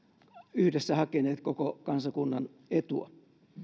yhdessä hakeneet koko kansakunnan etua